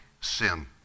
sin